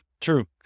True